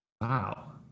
Wow